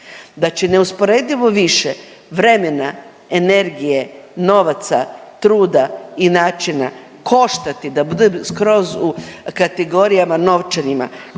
da će neusporedivo više vremena, energije, novaca, truda i načina koštati da budem skroz u kategorijama novčanima,